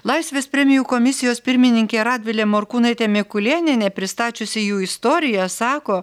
laisvės premijų komisijos pirmininkė radvilė morkūnaitė mikulėnienė pristačiusi jų istoriją sako